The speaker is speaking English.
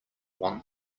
want